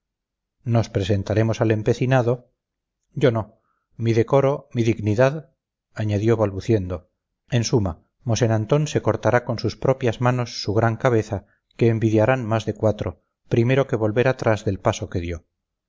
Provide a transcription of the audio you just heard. nos presentaremos al empecinado yo no mi decoro mi dignidad añadió balbuciendo en suma mosén antón se cortará con sus propias manos su gran cabeza que envidiarán más de cuatro primero que volver atrás del paso que dio